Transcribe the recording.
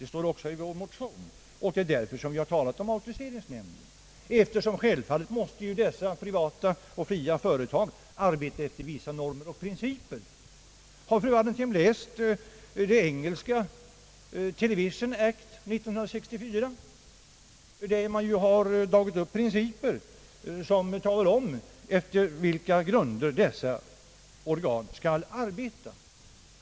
Det står också i vår motion, och det är därför vi har talat om auktoriseringsnämnden. Självfallet måste dessa privata och fria företag arbeta efter vissa normer och principer. Har fru Wallentheim läst den engelska »Television Act» av 1964, där man dragit upp principer som talar om efter vilka grunder dessa organ skall arbeta?